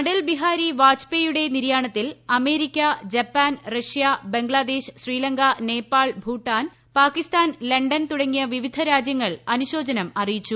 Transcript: അടൽ ബിഹാരി വാജ്പേയിയുടെ നിര്യാണത്തിൽ America Japan Russia Bangladesh Sri Lanka Nepal Bhutan Pakistan ല ൻ തുടങ്ങിയ വിവിധ രാജ്യങ്ങൾ അനുശോചനം അറിയിച്ചു